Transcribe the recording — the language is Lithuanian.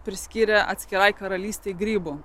priskyrė atskirai karalystei grybų